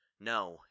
No